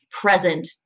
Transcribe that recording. present